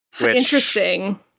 Interesting